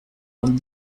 con